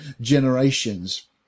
generations